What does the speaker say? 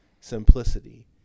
simplicity